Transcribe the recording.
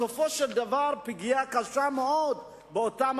בסופו של דבר הפגיעה קשה מאוד באנשים